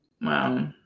wow